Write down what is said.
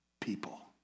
people